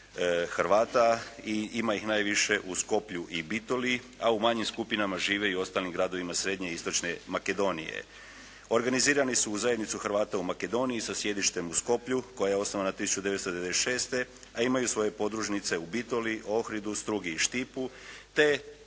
Hrvata i ima ih najviše u Skopju i Bitoliji, a u manjim skupinama žive i u ostalim grad ovima srednje i istočne Makedonije. Organizirani su u zajednicu Hrvata u Makedoniji sa sjedištem u Skopju koja je osnovana 1996. a imaju svoje podružnice u Bitoliji, Ohridu, Strugi i Štipu te